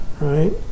right